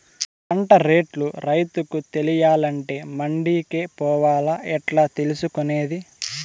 పంట రేట్లు రైతుకు తెలియాలంటే మండి కే పోవాలా? ఎట్లా తెలుసుకొనేది?